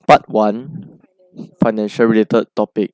part one financial related topic